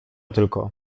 tylko